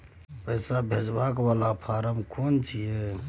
पैसा भेजबाक वाला फारम केना छिए?